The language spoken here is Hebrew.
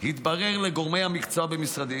התברר לגורמי המקצוע במשרדי